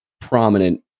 prominent